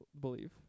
believe